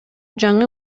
жаңы